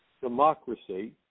democracy